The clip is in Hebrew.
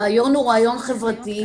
הרעיון הוא רעיון חברתי.